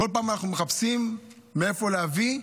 כל פעם אנחנו מחפשים מאיפה להביא,